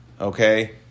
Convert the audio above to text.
Okay